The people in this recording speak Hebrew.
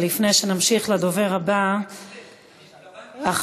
לפני שנמשיך לדובר הבא, התכוונתי,